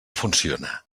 funciona